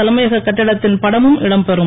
தலைமையக கட்டிடத்தின் படமும் இடம் பெறும்